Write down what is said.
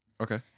Okay